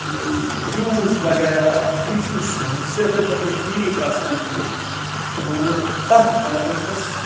juice وَغیرہ یِم چھِ نہٕ صحتہٕ خٲطرٕ ٹھیک آسان کینٛہہ تَتھ بَرعکس